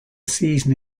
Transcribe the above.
season